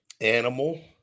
Animal